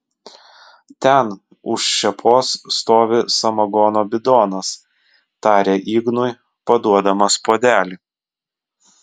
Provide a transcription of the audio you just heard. ten už šėpos stovi samagono bidonas tarė ignui paduodamas puodelį